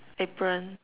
apron